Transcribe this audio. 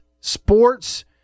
sports